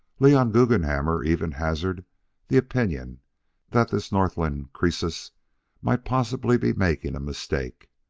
leon guggenhammer even hazarded the opinion that this northland croesus might possibly be making a mistake.